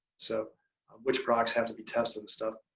so which crops have to be tested and stuff.